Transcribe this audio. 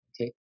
okay